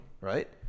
right